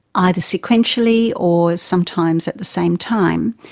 either sequentially or sometimes at the same time,